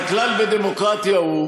והכלל בדמוקרטיה הוא